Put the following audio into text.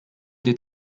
des